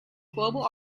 global